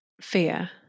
fear